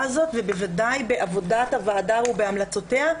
הזאת ובוודאי בעבודת הוועדה ובהמלצותיה.